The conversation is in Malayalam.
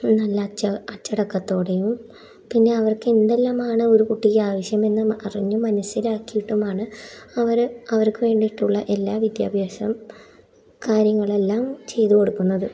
നല്ല അച്ച അച്ചടക്കത്തോടെയും പിന്നെ അവർക്ക് എന്തെല്ലാമാണ് ഒരു കുട്ടിക്ക് ആവശ്യമെന്ന് അറിഞ്ഞ് മനസ്സിലാക്കിയിട്ടുമാണ് അവർ അവർക്ക് വേണ്ടിയിട്ടുള്ള എല്ലാ വിദ്യാഭ്യാസം കാര്യങ്ങളെല്ലാം ചെയ്തു കൊടുക്കുന്നത്